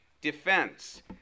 defense